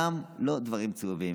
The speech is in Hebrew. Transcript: גם לא דברים צהובים.